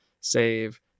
save